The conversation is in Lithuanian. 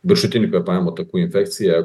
viršutinių kvėpavimo takų infekcija